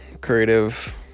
creative